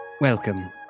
Welcome